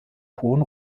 hohen